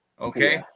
okay